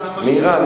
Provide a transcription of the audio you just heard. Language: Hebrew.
מביאים מאירן.